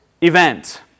event